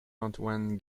antoine